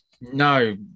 No